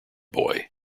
boy